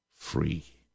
Free